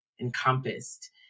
encompassed